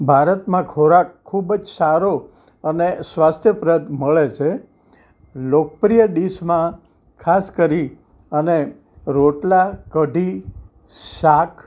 ભારતમાં ખોરાક ખૂબજ સારો અને સ્વાસ્થ્ય પ્રદ મળે છે લોકપ્રિય ડીશમાં ખાસ કરી અને રોટલા કઢી શાક